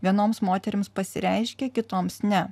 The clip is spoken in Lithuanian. vienoms moterims pasireiškia kitoms ne